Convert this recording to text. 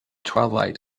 twilight